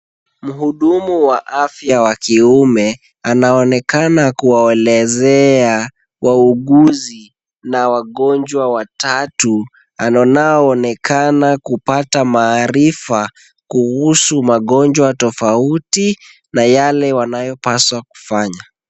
Muhudumu wa afya wa kiume, anaonekana kuwaelezea wauguzi na wagonjwa watatu wanao onekana kupata maarifa, kuhusu magonjwa tofauti na yale wanayopaswa kufanya.